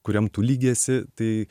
kuriam tu lygy esi tai